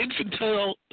infantile